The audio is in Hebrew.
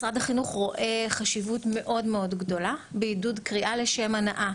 משרד החינוך רואה חשיבות מאוד גדולה בעידוד קריאה לשם הנאה,